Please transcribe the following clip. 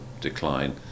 decline